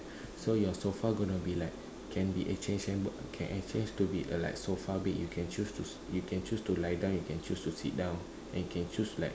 so your sofa going to be like can be exchangeable can exchange to be like a sofa bed you can choose you can choose to lie down you can choose to sit down and can choose like